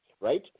right